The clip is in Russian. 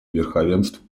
верховенства